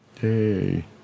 hey